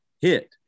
Hit